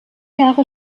jahre